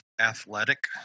athletic